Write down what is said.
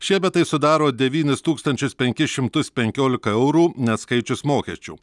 šiemet tai sudaro devynis tūkstančius penkis šimtus penkiolika eurų neatskaičius mokesčių